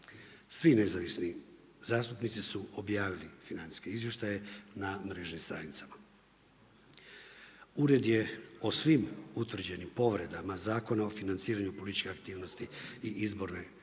Svi nezavisni zastupnici su objavili financijske izvještaje na mrežnim stranicama. Ured je o svim utvrđenim povredama Zakona o financiranju političkih aktivnosti i izborne promidžbe